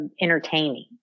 entertaining